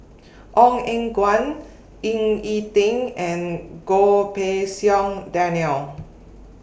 Ong Eng Guan Ying E Ding and Goh Pei Siong Daniel